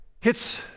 hits